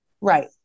Right